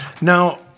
Now